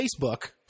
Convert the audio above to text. Facebook